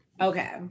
Okay